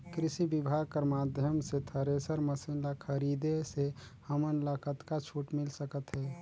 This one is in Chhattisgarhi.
कृषि विभाग कर माध्यम से थरेसर मशीन ला खरीदे से हमन ला कतका छूट मिल सकत हे?